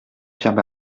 pierre